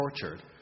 tortured